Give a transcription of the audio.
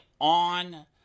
on